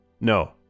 No